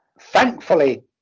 Thankfully